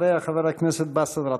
אחריה, חבר הכנסת באסל גטאס.